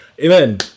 Amen